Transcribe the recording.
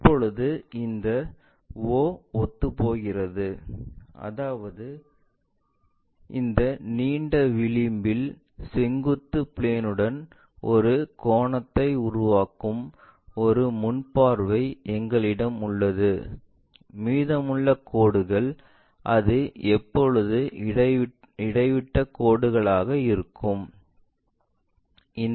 இப்போது இந்த o ஒத்துப்போகிறது அதாவது இந்த நீண்ட விளிம்பில் செங்குத்து பிளேன்உடன் ஒரு கோணத்தை உருவாக்கும் ஒரு முன் பார்வை எங்களிடம் உள்ளது மீதமுள்ள கோடுகள் அது எப்போதும் இடைவிட்டக் கோடுகள்ஆக இருக்கும்